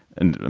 and and